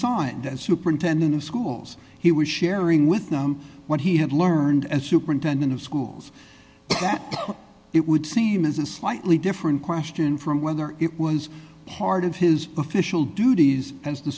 signed that superintendent of schools he was sharing with gnome what he had learned as superintendent of schools that it would seem as a slightly different question from whether it was part of his official duties and the